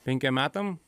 penkiem metam